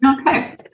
Okay